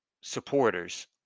supporters